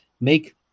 make